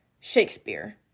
Shakespeare